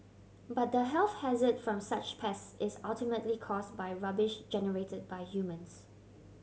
but the health hazard from such pests is ultimately caused by rubbish generated by humans